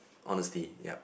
honesty yea